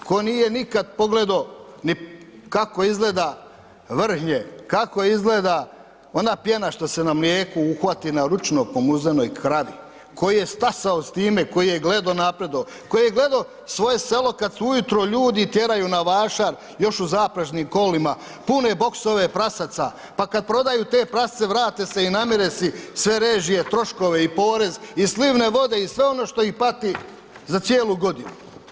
Tko nije nikad pogledao ni kako izgleda vrhnje, kako izgleda ona pjena što se na mlijeku uhvati na ručno pomuzenoj kravi, tko je stasao s time, tko je gledao i napredovao, tko je gledao svoje selo kad se ujutro tjeraju na vašar još u zaprežnim kolima, pune boksove prasaca, pa kad prodaju te prasce, vrate se i namire si sve režije, troškove i porez i slivne vode i sve ono što ih pati za cijelu godinu.